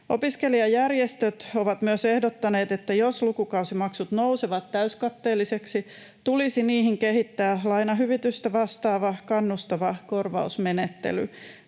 Opiskelijajärjestöt ovat myös ehdottaneet, että jos lukukausimaksut nousevat täyskatteellisiksi, tulisi niihin kehittää lainahyvitystä vastaava kannustava korvausmenettely.